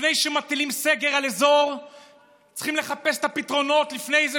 לפני שמטילים סגר על אזור צריכים לחפש את הפתרונות לפני זה,